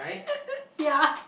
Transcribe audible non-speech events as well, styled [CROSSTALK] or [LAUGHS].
[LAUGHS] ya